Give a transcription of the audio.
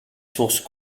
sources